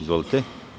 Izvolite.